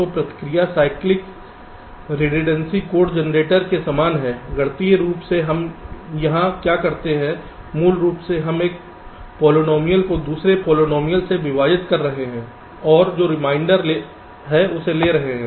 तो प्रक्रिया cyclic redundancy code generator के समान है गणितीय रूप से हम यहां क्या करते हैं मूल रूप से हम एक पॉलिनॉमियल को दूसरे पॉलिनॉमियल से विभाजित कर रहे हैं और रिमाइंडर ले रहे हैं